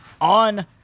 on